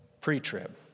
Pre-trib